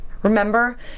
remember